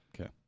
Okay